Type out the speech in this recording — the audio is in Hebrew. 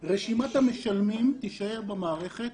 רשימת המשלמים תישאר במערכת,